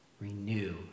renew